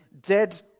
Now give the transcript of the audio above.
dead